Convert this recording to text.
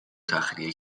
تخلیه